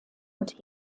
herden